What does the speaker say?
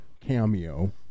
Cameo